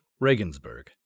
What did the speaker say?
Regensburg